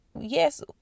yes